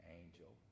angel